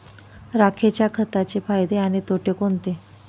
राखेच्या खताचे फायदे आणि तोटे कोणते?